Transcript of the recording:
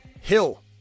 Hill